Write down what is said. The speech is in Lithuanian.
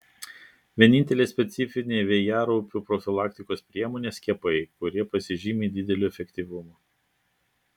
vienintelė specifinė vėjaraupių profilaktikos priemonė skiepai kurie pasižymi dideliu efektyvumu